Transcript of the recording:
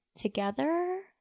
together